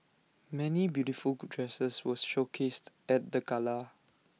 many beautiful dresses were showcased at the gala